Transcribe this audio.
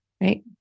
Right